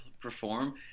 perform